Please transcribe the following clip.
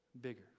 bigger